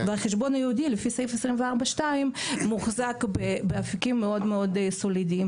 והחשבון הייעודי לפי סעיף 24 2 מוחזק באפיקים מאוד סולידיים.